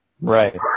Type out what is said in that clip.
right